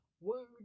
word